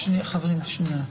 שנדע.